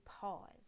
pause